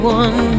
one